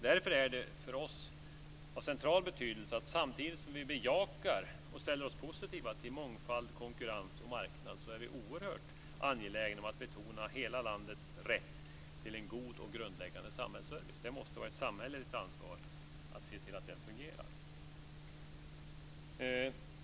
Därför är det för oss av central betydelse att, samtidigt som vi bejakar och ställer oss positiva till mångfald, konkurrens och marknad, betona hela landets rätt till en god och grundläggande samhällsservice. Det måste vara ett samhälleligt ansvar att se till att den fungerar.